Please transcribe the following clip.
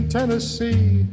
Tennessee